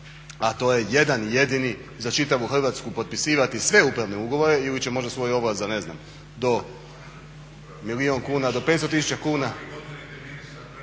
a to je jedan jedini za čitavu Hrvatsku, potpisivati sve upravne ugovore ili će možda svoju ovlast za ne znam do milijun kuna, do 500 tisuća